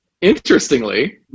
interestingly